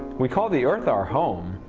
we call the earth our home.